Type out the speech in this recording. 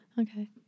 Okay